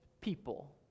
people